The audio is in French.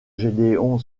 gédéon